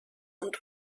und